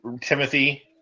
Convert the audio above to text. Timothy